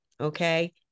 Okay